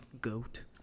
Goat